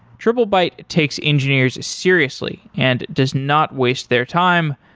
triplebyte takes engineers seriously and does not waste their time,